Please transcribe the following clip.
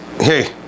hey